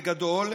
בגדול,